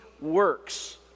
works